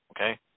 Okay